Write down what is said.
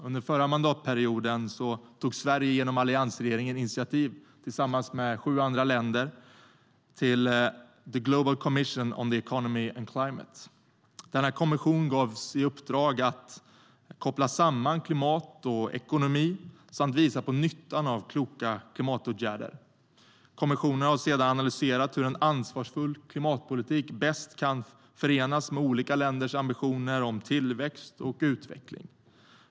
Under förra mandatperioden tog Sverige genom alliansregeringen tillsammans med sju andra länder initiativ till The Global Commission on the Economy and Climate. Denna kommission gavs i uppdrag att koppla samman klimat och ekonomi och att visa på nyttan av kloka klimatåtgärder. Kommissionen har sedan analyserat hur en ansvarsfull klimatpolitik bäst förenas med olika länders ambitioner om tillväxt och utveckling.